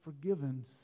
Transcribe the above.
forgiven